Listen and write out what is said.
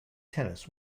tennis